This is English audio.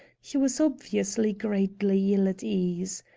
he was obviously greatly ill at ease.